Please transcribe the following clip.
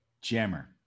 Jammer